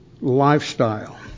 lifestyle